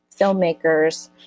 filmmakers